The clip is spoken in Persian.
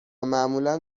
معمولا